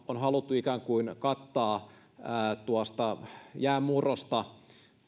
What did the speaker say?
on haluttu ikään kuin kattaa jäänmurrosta